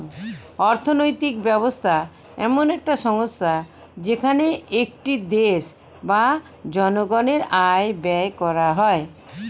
অর্থনৈতিক ব্যবস্থা এমন একটি সংস্থা যেখানে একটি দেশ বা জনগণের আয় ব্যয় করা হয়